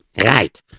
Right